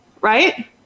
right